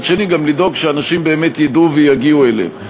אבל מצד שני גם לדאוג שאנשים באמת ידעו ויגיעו אליהם.